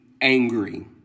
angry